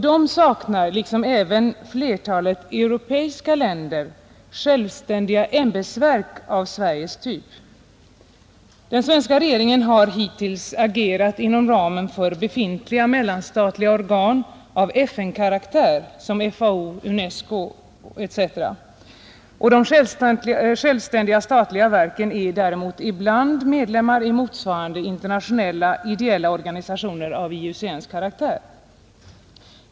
De saknar liksom även flertalet europeiska länder självständiga ämbetsverk av svensk typ. Den svenska regeringen har hittills agerat inom ramen för befintliga mellanstatliga organ av FN-karaktär som FAO, UNESCO etc. De självständiga statliga verken är däremot ibland medlemmar i motsvarande internationella ideella organisationer av IUCN:s karaktär.